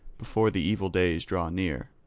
before the evil days draw near.